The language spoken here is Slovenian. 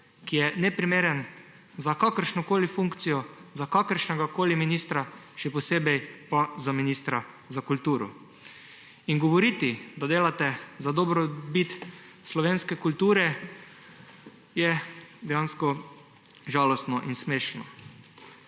ki je neprimeren za kakršnokoli funkcijo, za kakršnegakoli ministra, še posebej pa za ministra za kulturo. In govoriti, da delate za dobrobit slovenske kulture, je dejansko žalostno in smešno.